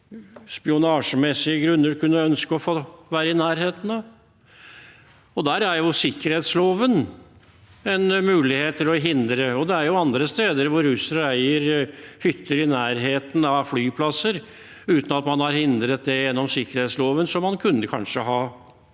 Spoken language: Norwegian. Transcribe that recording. spionasjemessige grunner kunne ønske å få være i nærheten av. Der gir jo sikkerhetsloven en mulighet for å hindre det. Andre steder eier russere hytter i nærheten av flyplasser uten at man har hindret det gjennom sikkerhetsloven, som man kanskje kunne ha